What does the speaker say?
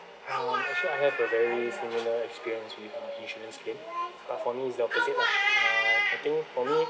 um actually I have a very similar experience with insurance claim but for me it's the opposite lah uh I think for me